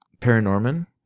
Paranorman